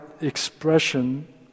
expression